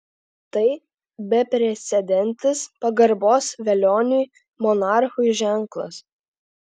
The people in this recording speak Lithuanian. tai beprecedentis pagarbos velioniui monarchui ženklas